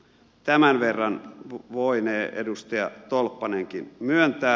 tämän verran voinee edustaja tolppanenkin myöntää